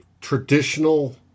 traditional